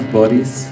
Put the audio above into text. bodies